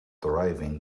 thriving